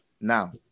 Now